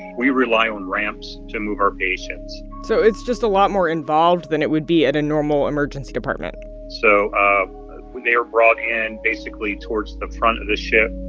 we rely on ramps to move our patients so it's just a lot more involved than it would be at a normal emergency department so when they were brought in basically towards the front of the ship,